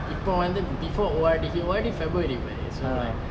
இப்ப வந்து:ippa vanthu before O_R_D he O_R_D february பாரு:paaru so like